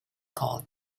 called